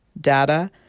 data